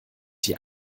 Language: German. die